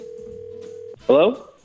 Hello